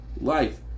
life